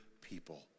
people